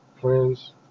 friends